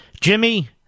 Jimmy